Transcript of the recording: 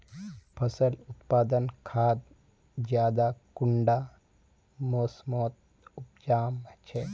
फसल उत्पादन खाद ज्यादा कुंडा मोसमोत उपजाम छै?